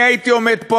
אני הייתי עומד פה,